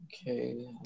Okay